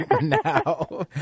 now